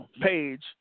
page